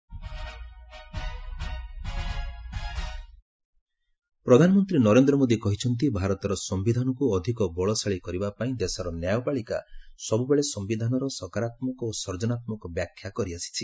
PM ପ୍ରଧାନମନ୍ତ୍ରୀ ନରେନ୍ଦ୍ର ମୋଦି କହିଛନ୍ତି ଭାରତର ସମ୍ଭିଧାନକୁ ଆହୁରି ବଳଶାଳି କରିବା ପାଇଁ ଦେଶର ନ୍ୟାୟପାଳିକା ସବୁବେଳେ ସମ୍ଭିଧାନର ସକରାତ୍ମକ ଓ ସର୍ଜନାତ୍ମକ ବ୍ୟାଖ୍ୟା କରିଆସିଛି